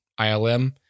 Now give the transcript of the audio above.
ILM